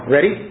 Ready